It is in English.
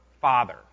Father